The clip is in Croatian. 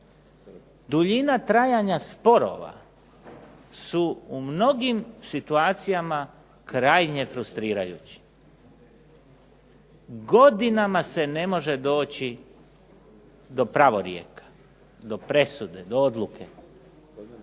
duljina trajanja sporova su u mnogim situacijama krajnje frustrirajući. Godinama se ne može doći do pravorijeka, do presude, do odluke.